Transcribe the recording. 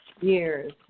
years